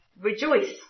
Rejoice